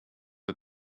the